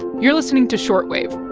you're listening to short wave